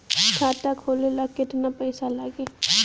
खाता खोले ला केतना पइसा लागी?